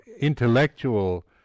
intellectual